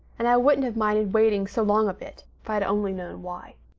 and i wouldn't have minded waiting so long a bit if i'd only known why.